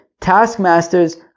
taskmasters